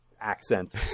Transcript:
accent